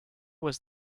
was